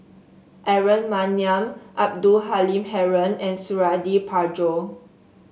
Aaron Maniam Abdul Halim Haron and Suradi Parjo